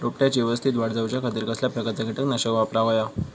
रोपट्याची यवस्तित वाढ जाऊच्या खातीर कसल्या प्रकारचा किटकनाशक वापराक होया?